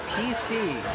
PC